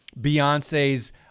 Beyonce's